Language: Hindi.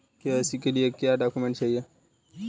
के.वाई.सी के लिए क्या क्या डॉक्यूमेंट चाहिए?